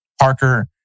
Parker